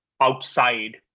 outside